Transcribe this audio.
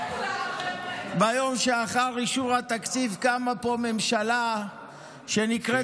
ביום שלאחר אישור התקציב קמה פה ממשלה שנקראת